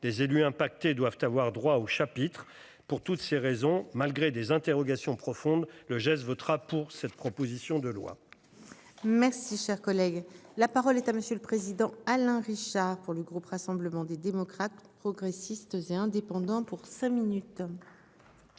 Des élus impactés doivent avoir droit au chapitre pour toutes ces raisons, malgré des interrogations profondes le geste votera pour cette proposition de loi. Merci, cher collègue, la parole est à monsieur le président, Alain Richard pour le groupe Rassemblement des démocrates, progressistes et indépendants pour cinq minutes.